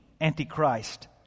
Antichrist